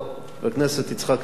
חבר הכנסת יצחק הרצוג,